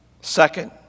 Second